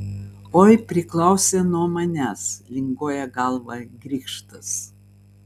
oi priklausė nuo manęs linguoja galvą grikštas